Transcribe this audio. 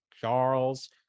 Charles